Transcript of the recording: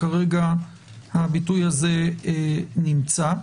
כרגע הביטוי הזה נמצא.